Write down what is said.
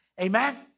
Amen